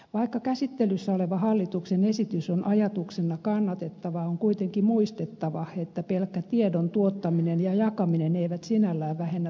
vaikka käsittelyssä oleva hallituksen esitys on ajatuksena kannatettava on kuitenkin muistettava että pelkkä tiedon tuottaminen ja jakaminen eivät sinällään vähennä talousrikoksia